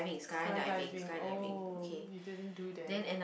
skydiving oh you didn't do that